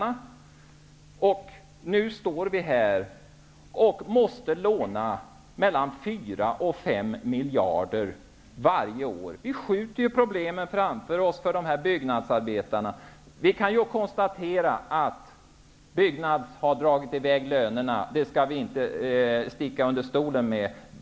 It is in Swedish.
Nu befinner vi oss i läget att vi måste låna mellan fyra och fem miljarder varje år. Vi skjuter ju problemen för byggnadsarbetarna framför oss. Man kan konstatera att Byggnads har dragit i väg lönerna. Detta skall vi inte sticka under stol med.